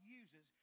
uses